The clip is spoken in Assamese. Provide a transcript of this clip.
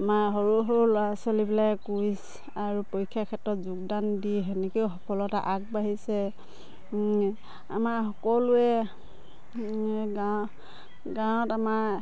আমাৰ সৰু সৰু ল'ৰা ছোৱালীবিলাকে কুইজ আৰু পৰীক্ষা ক্ষেত্ৰত যোগদান দি সেনেকেও সফলতা আগবাঢ়িছে আমাৰ সকলোৱে গা গাঁৱত আমাৰ